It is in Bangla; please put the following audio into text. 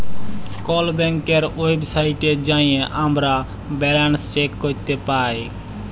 কল ব্যাংকের ওয়েবসাইটে যাঁয়ে আমরা ব্যাল্যান্স চ্যাক ক্যরতে পায়